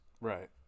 right